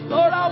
Lord